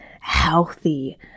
healthy